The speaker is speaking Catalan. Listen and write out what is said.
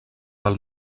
del